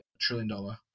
trillion-dollar